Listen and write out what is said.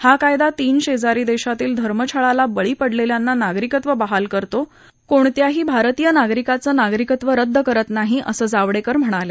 हा कायदा तीन शेजारी देशातील धर्मछळाला बळी पडलेल्यांना नागरिकत्व बहाल करतो कोणत्याही भारतीय नागरिकाचं नागरिकत्व रद्द करत नाही असं जावडेकर म्हणाले